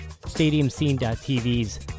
StadiumScene.tv's